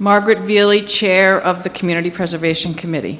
really chair of the community preservation committee